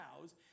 cows